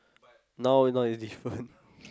now now it's not easy but